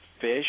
fish